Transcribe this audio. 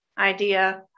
idea